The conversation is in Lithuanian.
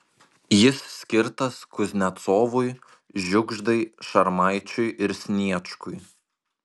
jis skirtas kuznecovui žiugždai šarmaičiui ir sniečkui